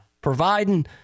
Providing